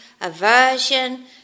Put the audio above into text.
aversion